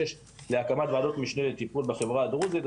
להקמת ועדות משנה לטיפול בחברה הדרוזית.